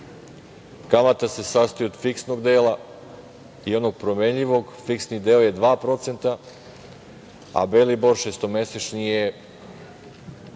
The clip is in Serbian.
Kamata se sastoji od fiksnog dela i onog promenjivog. Fiksni deo je 2% i uvećava se za belibor šestomesečni koji